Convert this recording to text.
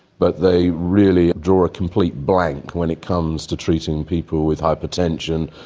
but they really draw a complete blank when it comes to treating people with hypertension,